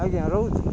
ଆଜ୍ଞା ରହୁଛି